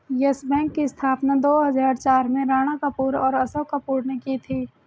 yes Bank की स्थापना दो हजार चार में राणा कपूर और अशोक कपूर ने की थी